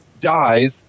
dies